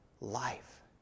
life